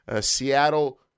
Seattle